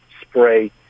spray